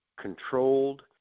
controlled